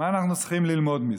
מה אנחנו צריכים ללמוד מזה?